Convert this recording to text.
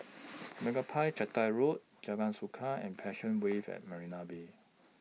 Meyappa Chettiar Road Jalan Suka and Passion Wave At Marina Bay